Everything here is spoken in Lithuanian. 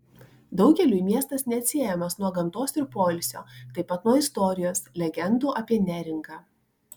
daugeliui miestas neatsiejamas nuo gamtos ir poilsio taip pat nuo istorijos legendų apie neringą